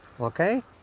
Okay